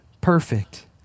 perfect